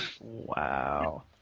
Wow